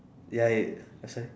ya it uh sorry